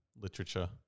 literature